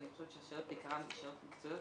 השאלות בעיקרן הן שאלות מקצועיות,